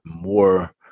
more